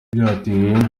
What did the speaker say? byateye